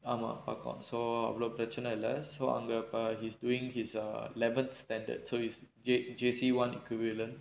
ஆமா பக்கம்:aamaa pakkam so அவ்ளோ பிரச்சன இல்ல:avlo pirachana illa so அங்க:anga he's doing his err eleventh standard so is J J_C one equivalent